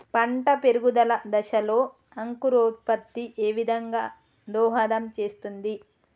పంట పెరుగుదల దశలో అంకురోత్ఫత్తి ఏ విధంగా దోహదం చేస్తుంది?